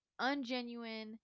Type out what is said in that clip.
ungenuine